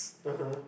(uh huh)